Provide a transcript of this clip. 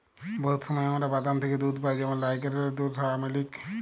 বহুত সময় আমরা বাদাম থ্যাকে দুহুদ পাই যেমল লাইরকেলের দুহুদ, সয়ামিলিক